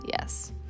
yes